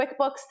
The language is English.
QuickBooks